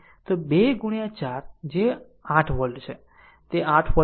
તો 2 ગુણ્યા 4 જે r 8 વોલ્ટ છે તે r 8 વોલ્ટ છે